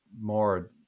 more